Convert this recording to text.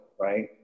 right